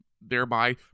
thereby